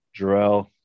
Jarrell